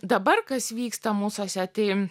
dabar kas vyksta mūsuose tai